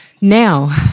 now